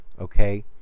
Okay